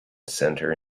center